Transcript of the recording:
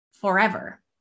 forever